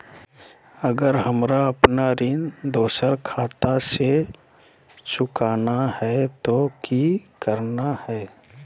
अगर हमरा अपन ऋण दोसर खाता से चुकाना है तो कि करना है?